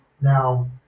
Now